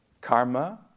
karma